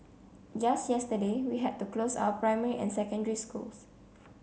just yesterday we had to close our primary and secondary schools